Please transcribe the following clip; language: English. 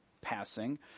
passing